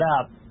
up